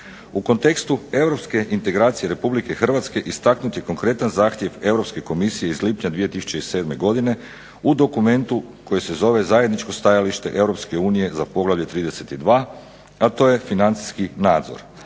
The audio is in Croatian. U kontekstu europske integracije RH istaknut je konkretan zahtjev Europske komisije iz lipnja 2007. godine u dokumentu koji se zove - Zajedničko stajalište Europske unije za Poglavlje 32., a to je Financijski nadzor,